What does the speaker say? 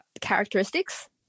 characteristics